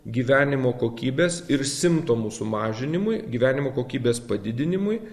gyvenimo kokybės ir simptomų sumažinimui gyvenimo kokybės padidinimui